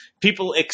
People